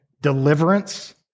deliverance